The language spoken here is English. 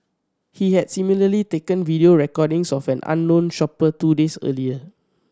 he had similarly taken video recordings of an unknown shopper two days earlier